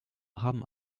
haben